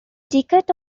ticket